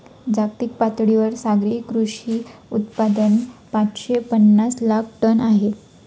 जागतिक पातळीवर सागरी कृषी उत्पादन पाचशे पनास लाख टन आहे